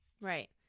Right